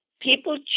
people